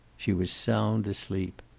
she was sound asleep.